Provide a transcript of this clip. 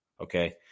Okay